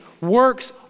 works